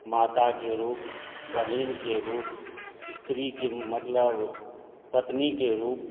माता के रूप बहिन के रूप स्त्री के मतलब पत्नी के रूप